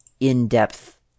in-depth